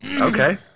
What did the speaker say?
Okay